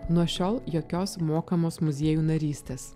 nuo šiol jokios mokamos muziejų narystės